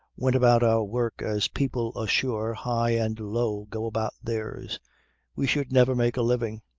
went about our work as people ashore high and low go about theirs we should never make a living.